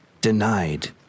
denied